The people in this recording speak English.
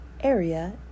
Area